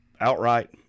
outright